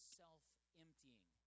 self-emptying